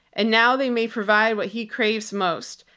and now they may provide what he craves most,